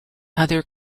other